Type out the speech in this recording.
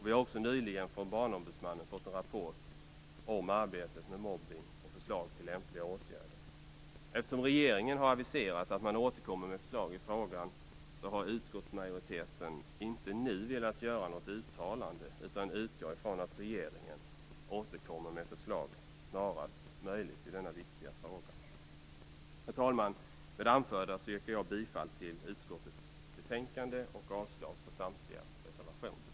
Vi har nyligen från Barnombudsmannen fått en rapport om arbetet med mobbning och förslag till lämpliga åtgärder. Eftersom regeringen har aviserat att den återkommer med förslag i frågan, har utskottsmajoriteten inte nu velat göra något uttalande utan utgår från att regeringen återkommer med förslag snarast möjligt i denna viktiga fråga. Herr talman! Med det anförda yrkar jag bifall till utskottets hemställan och avslag på samtliga reservationer.